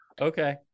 Okay